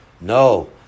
no